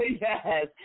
Yes